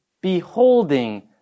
beholding